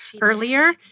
earlier